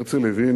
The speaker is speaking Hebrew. הרצל הבין